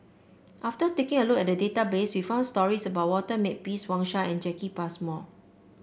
after taking a look at the database we found stories about Walter Makepeace Wang Sha and Jacki Passmore